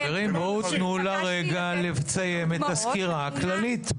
חברים, תנו לה לסיים את הסקירה הכללית.